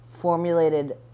formulated